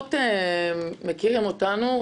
פחות מכירים אותנו.